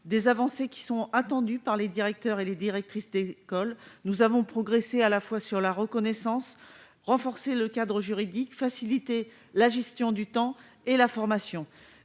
Les avancées retenues sont attendues par les directeurs et les directrices d'école. Nous avons progressé s'agissant de la reconnaissance, renforcé le cadre juridique, facilité la gestion du temps et la formation.